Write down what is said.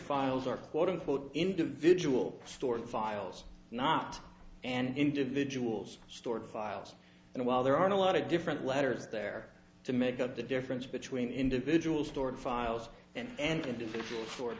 files are quote unquote individual store files not an individual's stored files and while there are a lot of different letters there to make up the difference between individual stored files and individual fo